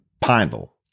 Pineville